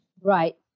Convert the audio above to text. Right